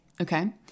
okay